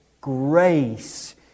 grace